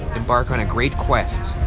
embark on a great quest.